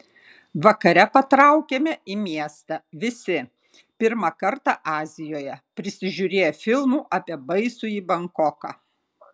vakare patraukėme į miestą visi pirmą kartą azijoje prisižiūrėję filmų apie baisųjį bankoką